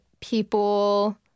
people